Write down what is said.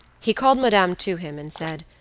he called madame to him, and said